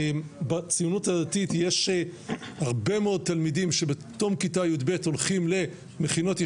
בציונות הדתית יש הרבה מאוד תלמידים שבתום כיתה י"ב הולכים למכינות,